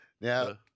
Now